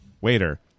Waiter